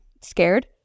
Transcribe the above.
scared